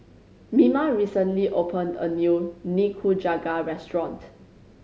Mima recently opened a new Nikujaga restaurant